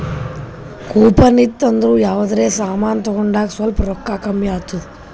coupon ಇತ್ತು ಅಂದುರ್ ಯಾವ್ದರೆ ಸಮಾನ್ ತಗೊಂಡಾಗ್ ಸ್ವಲ್ಪ್ ರೋಕ್ಕಾ ಕಮ್ಮಿ ಆತ್ತುದ್